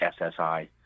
SSI